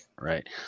Right